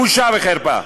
בושה וחרפה.